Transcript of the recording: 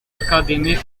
academy